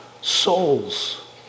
souls